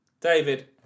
David